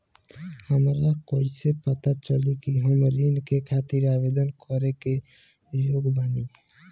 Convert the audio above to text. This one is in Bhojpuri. हमरा कइसे पता चली कि हम ऋण के खातिर आवेदन करे के योग्य बानी?